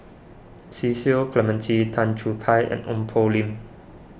Cecil Clementi Tan Choo Kai and Ong Poh Lim